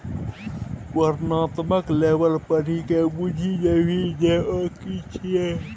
वर्णनात्मक लेबल पढ़िकए बुझि जेबही जे ओ कि छियै?